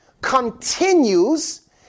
continues